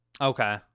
Okay